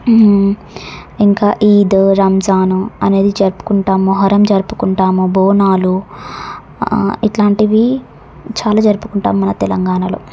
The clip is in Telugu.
ఇంకా ఈద్ రంజాన్ అనేది జరుపుకుంటాము మొహరం జరుపుకుంటాము బోనాలు ఇలాంటివి చాలా జరుపుకుంటాము మన తెలంగాణలో